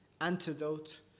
antidote